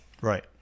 Right